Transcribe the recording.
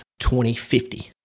2050